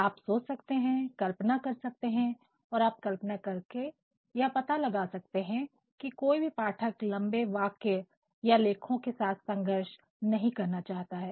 आप सोच सकते हैं कल्पना कर सकते हैं और आप कल्पना करके यह पता लगा सकते हैं कि कोई भी पाठक लंबे वाक्य या लेखों के साथ संघर्ष नहीं करना चाहता है